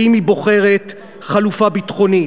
האם היא בוחרת חלופה ביטחונית?